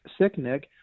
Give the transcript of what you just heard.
Sicknick